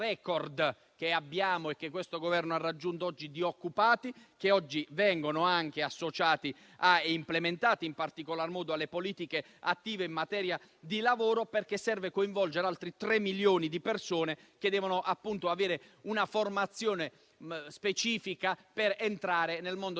ha raggiunto per quanto riguarda il numero degli occupati, che oggi vengono associati e implementati in particolar modo alle politiche attive in materia di lavoro, perché serve coinvolgere altri 3 milioni di persone, che devono appunto avere una formazione specifica per entrare nel mondo del